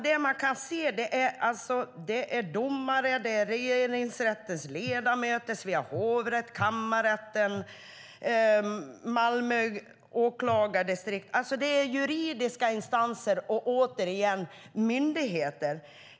Det man kan se är domare, regeringsrättens ledamöter, Svea hovrätt, kammarrätten och Malmö åklagardistrikt. Det är alltså juridiska instanser och myndigheter.